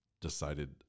decided